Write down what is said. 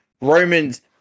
Roman's